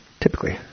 typically